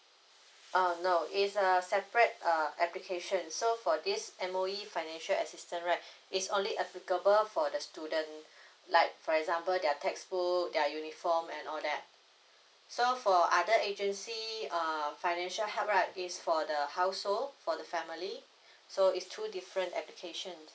um no it's a separate application so for this M_O_E financial assistance right it's only applicable for the student like for example there are textbook there are uniform and all that so for other agency uh financial help right it's for the household for the family so it's two different application